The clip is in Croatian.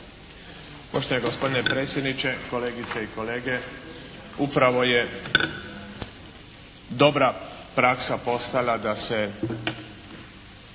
gospodine predsjedniče, kolegice i kolege. Upravo je dobra praksa postala da se